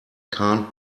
can’t